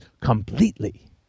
completely